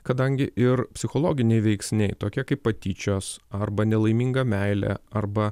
kadangi ir psichologiniai veiksniai tokie kaip patyčios arba nelaiminga meilė arba